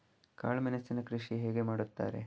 ಕಾಳು ಮೆಣಸಿನ ಕೃಷಿ ಹೇಗೆ ಮಾಡುತ್ತಾರೆ?